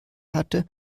hatte